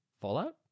Fallout